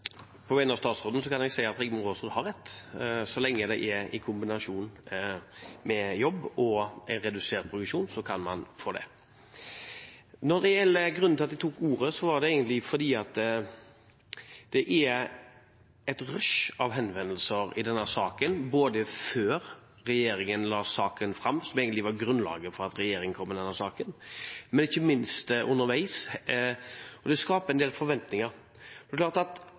i kombinasjon med jobb og en redusert progresjon, kan man få det. Når jeg tok ordet, så var det egentlig fordi det har vært et rush av henvendelser i denne saken, både før regjeringen la fram saken – og som egentlig var grunnlaget for at regjeringen kom med denne saken – og ikke minst underveis, og det skaper en del forventninger.